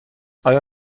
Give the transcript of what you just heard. آیا